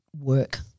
work